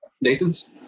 Nathan's